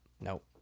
Nope